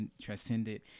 transcended